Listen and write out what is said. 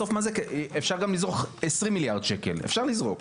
אפשר גם לזרוק 20 מיליארד שקל, אפשר לזרוק.